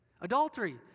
Adultery